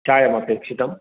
चायमपेक्षितम्